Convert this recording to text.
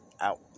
out